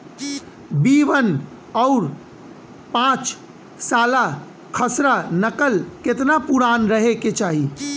B one और पांचसाला खसरा नकल केतना पुरान रहे के चाहीं?